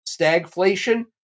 stagflation